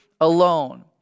alone